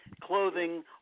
clothing